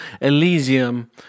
Elysium